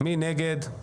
מי נגד?